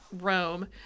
Rome